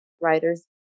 writers